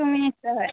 थु minutes जाबाय